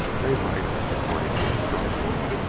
daylight, according to instructions,